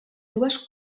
dues